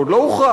שעוד לא הוכרע.